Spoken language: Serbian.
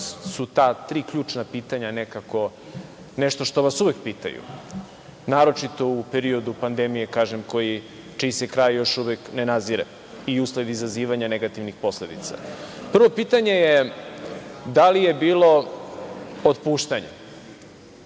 su ta tri ključna pitanja nešto što vas uvek pitaju, naročito u periodu pandemije, čiji se kraj još uvek ne nazire i usled izazivanja negativnih posledica. Prvo pitanje je da li je bilo otpuštanja?